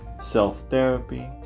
self-therapy